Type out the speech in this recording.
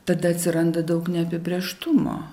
tada atsiranda daug neapibrėžtumo